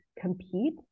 compete